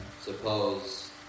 suppose